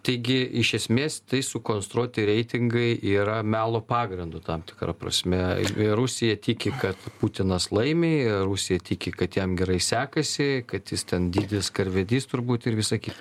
taigi iš esmės tai sukonstruoti reitingai yra melo pagrindu tam tikra prasme rusija tiki kad putinas laimi rusija tiki kad jam gerai sekasi kad jis ten didis karvedys turbūt ir visa kita